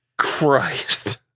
Christ